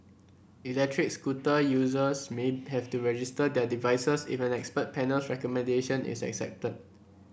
electric scooter users may have to register their devices if an expert panel's recommendation is accepted